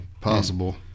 possible